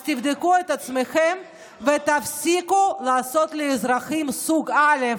אז תבדקו את עצמכם ותפסיקו לעשות אזרחים סוג א'